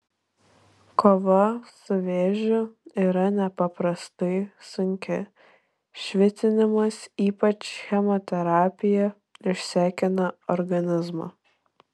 kova su vėžiu yra nepaprastai sunki švitinimas ypač chemoterapija išsekina organizmą